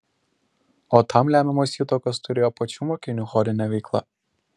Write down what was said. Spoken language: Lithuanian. o tam lemiamos įtakos turėjo pačių mokinių chorinė veikla